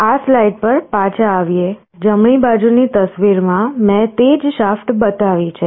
આ સ્લાઇડ પર પાછા આવીએ જમણી બાજુની તસવીરમાં મેં તે જ શાફ્ટ બતાવી છે